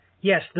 Yes